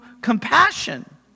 compassion